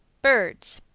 birds.